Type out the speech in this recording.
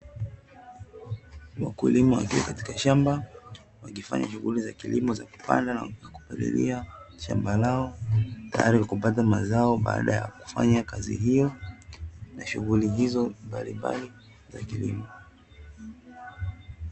Wakulima wakiwa katika shamba wakifanya shughuli za kilimo za kupanda na kupalilia shamba lao, tayari kwa kupanda mazao baada ya kufanya kazi hiyo na shughuli hizo mbalimbali za kilimo.